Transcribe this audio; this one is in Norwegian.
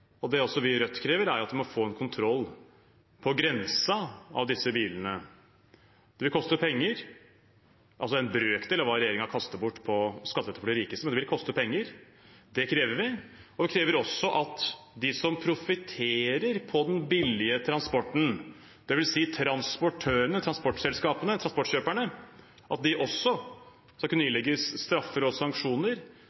og det også vi i Rødt krever, er at vi må få en kontroll av disse bilene på grensen. Det vil koste penger – en brøkdel av hva regjeringen kaster bort på skattelette for de rikeste, men det vil koste penger. Det krever vi, og vi krever også at de som profitterer på den billige transporten – dvs. transportørene, transportselskapene, transportkjøperne – skal kunne